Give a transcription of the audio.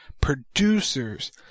producers